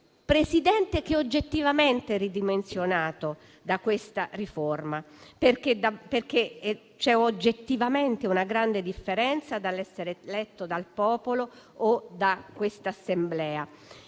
Presidente è oggettivamente ridimensionato da questa riforma, perché c'è oggettivamente una grande differenza tra l'essere eletto dal popolo o da quest'Assemblea.